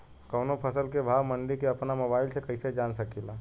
कवनो फसल के भाव मंडी के अपना मोबाइल से कइसे जान सकीला?